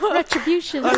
retribution